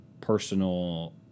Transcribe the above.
personal